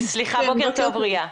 בוקר טוב, אוריה.